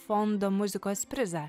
fondo muzikos prizą